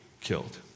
killed